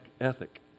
ethic